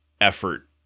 effort